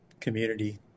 community